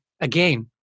Again